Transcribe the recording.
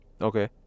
Okay